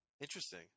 Interesting